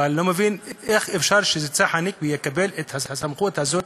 אבל אני לא מבין איך אפשר שצחי הנגבי יקבל את הסמכות הזאת,